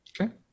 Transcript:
okay